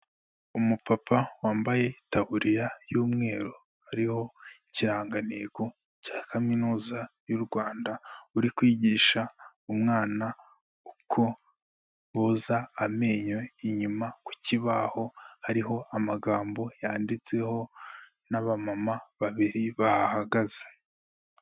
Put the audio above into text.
Umupapa wambaye itaburiya y'umweru hariho ikirangantego cya kaminuza y'u Rwanda, uri kwigisha umwana uko boza amenyo, inyuma ku kibaho hariho amagambo yanditseho n'abama babiri bahahagaze.